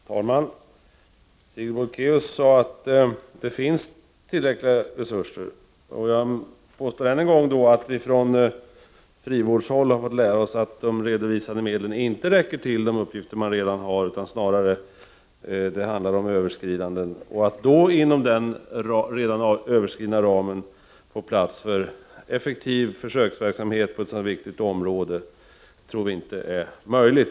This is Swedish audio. Herr talman! Sigrid Bolkéus sade att det finns tillräckliga resurser. Jag påstår än en gång att vi från frivårdshåll har fått lära oss att de redovisade medlen inte räcker till de uppgifter man redan har. Det handlar snarare om överskridanden. Att inom den redan överskridna ramen få plats för effektiv försöksverksamhet på ett så viktigt område tror vi inte är möjligt.